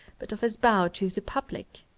but of his bow to the public.